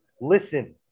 Listen